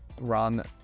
run